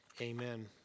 amen